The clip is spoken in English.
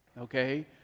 okay